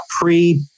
pre